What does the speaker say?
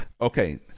Okay